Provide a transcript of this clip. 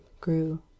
grew